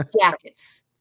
jackets